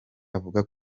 avuga